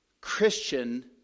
Christian